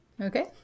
okay